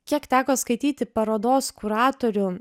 kiek teko skaityti parodos kuratorių